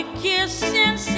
kissing